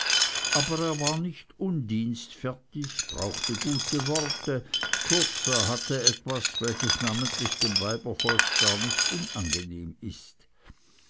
aber er war nicht undienstfertig brauchte gute worte kurz er hatte etwas welches namentlich dem weibervolk gar nicht unangenehm ist